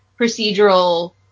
procedural